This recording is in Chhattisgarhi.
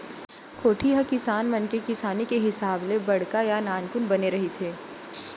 कोठी ह किसान मन के किसानी के हिसाब ले बड़का या नानकुन बने रहिथे